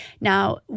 Now